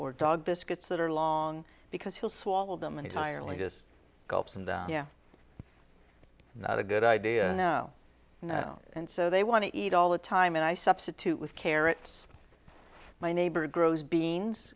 or dog biscuits that are long because he'll swallow them entirely just gulps and yeah not a good idea no you know and so they want to eat all the time and i substitute with carrots my neighbor grows beans